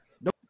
no